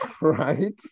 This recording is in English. right